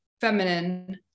feminine